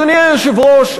אדוני היושב-ראש,